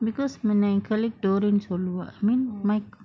because when my colleague tour ன்னு சொல்லுவா:nnu solluva I mean my